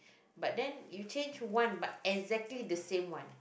but then you change one but exactly the same one